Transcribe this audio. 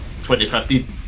2015